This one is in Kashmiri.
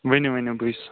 ؤنِو ؤنِو بٕے چھُس